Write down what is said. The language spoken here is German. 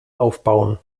aufbauen